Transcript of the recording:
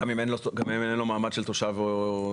גם אם אין לו מעמד של תושב או אזרח?